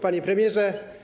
Panie Premierze!